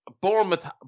Bournemouth